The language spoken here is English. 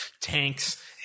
Tanks